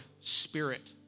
spirit